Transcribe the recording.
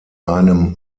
einem